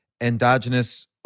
endogenous